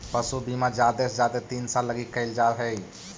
पशु बीमा जादे से जादे तीन साल लागी कयल जा हई